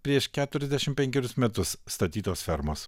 prieš keturiasdešim penkerius metus statytos fermos